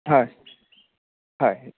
हय हय